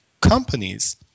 companies